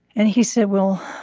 and he said, well,